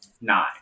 nine